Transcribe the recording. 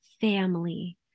family